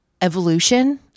evolution